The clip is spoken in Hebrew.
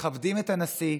מכבדים את הנשיא,